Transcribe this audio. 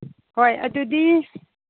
ꯍꯣꯏ ꯑꯗꯨꯗꯤ